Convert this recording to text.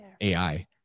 AI